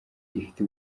ifite